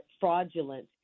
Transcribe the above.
fraudulent